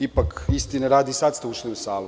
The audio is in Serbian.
Istine radi, sada ste ušli u salu.